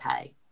pay